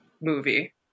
movie